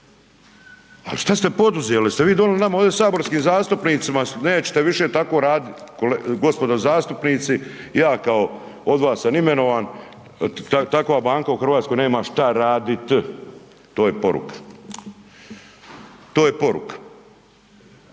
al šta ste poduzeli, jeste vi donili nama ovdje saborskim zastupnicima nećete više tako radit gospodo zastupnici, ja kao od vas sam imenovan, takva banka u RH nema šta radit, to je poruka, to je poruka,